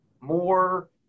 more